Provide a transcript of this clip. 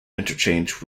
interchange